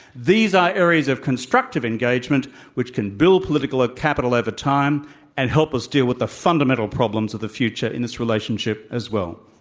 these are areas of constructive engagement which can build political ah capital over time and help us deal with the fundamental problems of the future in this relationship as well.